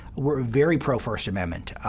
we're very pro-first amendment,